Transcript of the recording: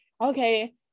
okay